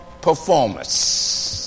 performance